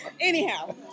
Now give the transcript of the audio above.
Anyhow